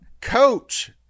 coach